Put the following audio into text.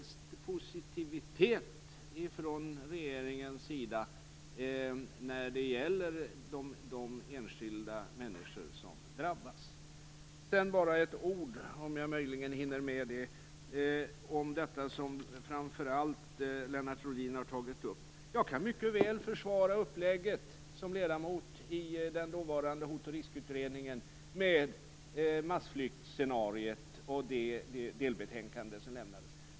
Sedan vill jag bara säga några ord om det som framför allt Lennart Rohdin tog upp. Jag kan mycket väl som ledamot i den dåvarande Hot och riskutredningen försvara upplägget med massflyktsscenariot och det delbetänkande som lämnades.